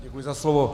Děkuji za slovo.